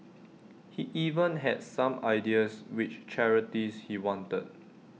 he even had some ideas which charities he wanted